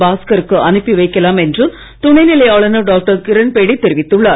பாஸ்கருக்கு அனுப்பி வைக்கலாம் என்று துணைநிலை ஆளுநர் டாக்டர் கிரண்பேடி தெரிவித்துள்ளார்